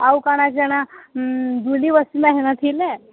ଆଉ କା'ଣା କା'ଣା ଦୁଲି ବସ୍ଲ ହେନ ଥିଲେ